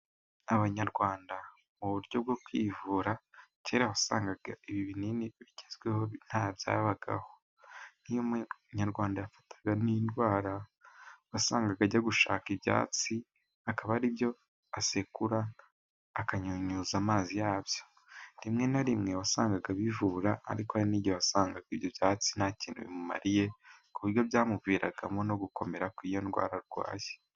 Abanyarwanda mu buryo bwo kwivura kera wasangaga ibi binini bigezweho ntabyabagaho. Nk'iyo umunyarwanda yafatwaga n'indwara wasangaga ajya gushaka ibyatsi akaba aribyo asekura akanyunyuza amazi yabyo, rimwe na rimwe wasangaga bivura ariko hari igihe wasangaga ibyo byatsi nta kintu bimumariye ku buryo byamuviragamo no gukomera kw'iyo ndwara arwaye.